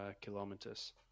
kilometers